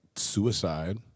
Suicide